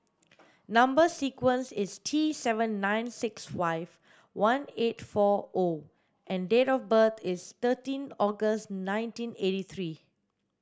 number sequence is T seven nine six five one eight four O and date of birth is thirteen August nineteen eighty three